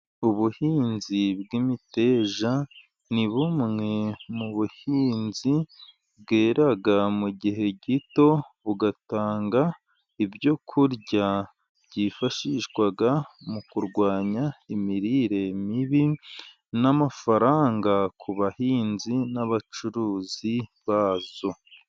Ubuhinzi bw'imiteja ni bumwe mu buhinzi bwera mu gihe gito, bugatanga ibyo kurya byifashishwa mu kurwanya imirire mibi n'amafaranga ku bahinzi n'abacuruzi bayo.